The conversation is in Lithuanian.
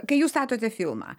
kai jūs statote filmą